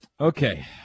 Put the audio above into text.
Okay